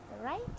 right